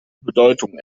bedeutungen